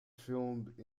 filmed